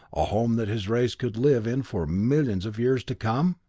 a home that his race could live in for millions of years to come?